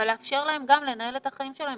אבל לאפשר להם גם לנהל את החיים שלהם,